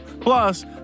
Plus